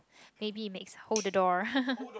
maybe makes hold the door